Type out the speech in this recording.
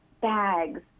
bags